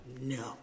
No